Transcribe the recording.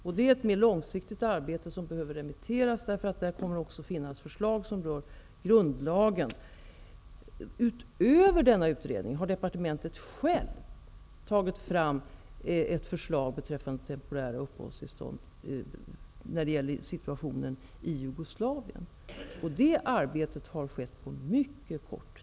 Detta är ett mer långsiktigt arbete som behöver remitteras, eftersom de förslag som man kommer fram till kan beröra grundlagen. Utöver denna utredning har departementet självt tagit fram ett förslag beträffande temporära uppehållstillstånd avseende flyktingar från Jugoslavien. Detta arbete har skett under mycket kort tid.